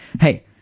hey